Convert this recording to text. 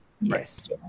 Yes